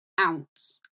ounce